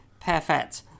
perfect